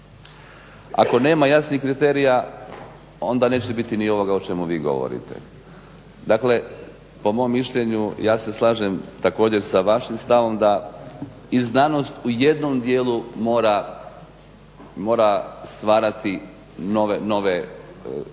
Ako nema jasnih kriterija onda neće biti ni ovoga o čemu vi govorite. Dakle po mom mišljenju ja se slažem također sa vašim stavom da i znanost u jednom dijelu mora stvarati nove dobiti,